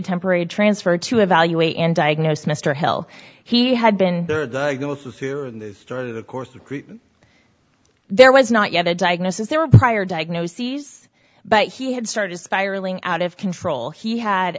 temporary transfer to evaluate and diagnose mr hill he had been with of course there was not yet a diagnosis there were prior diagnoses but he had started spiraling out of control he had